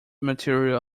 material